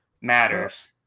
Matters